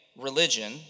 religion